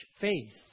faith